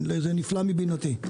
זה נפלא מבינתי.